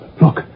look